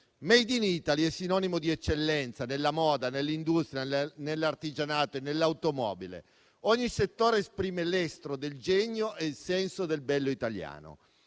*made in Italy* è sinonimo di eccellenza nella moda, nell'industria, nell'artigianato, nell'automobile. Ogni settore esprime l'estro del genio e il senso del bello italiano.